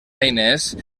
eines